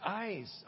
eyes